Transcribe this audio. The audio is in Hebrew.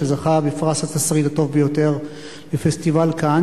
שזכה בפרס התסריט הטוב ביותר בפסטיבל קאן.